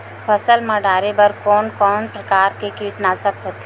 फसल मा डारेबर कोन कौन प्रकार के कीटनाशक होथे?